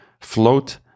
Float